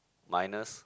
minus